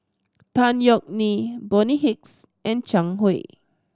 Tan Yeok Nee Bonny Hicks and Zhang Hui